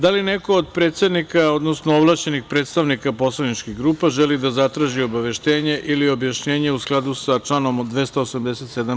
Da li neko od predsednika, odnosno ovlašćenih predstavnika poslaničkih grupa želi da zatraži obaveštenje ili objašnjenje u skladu sa članom 287.